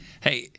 Hey